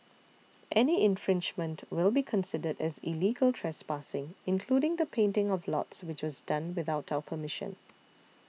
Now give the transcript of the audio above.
any infringement will be considered as illegal trespassing including the painting of lots which was done without our permission